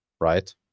right